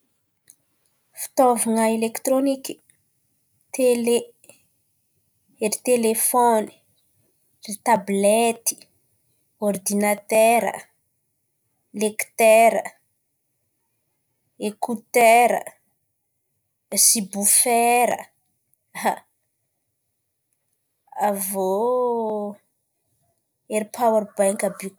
Fitaovan̈a elektroniky: tele, ery telefony, ry tablety, ordinatera, lektera, ekotera, sibofera. Avy eo, ery pôerbenky àby io.